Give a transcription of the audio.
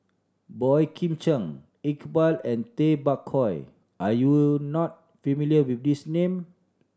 Boey Kim Cheng Iqbal and Tay Bak Koi are you not familiar with these name